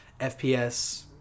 fps